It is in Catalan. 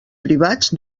privats